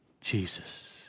Jesus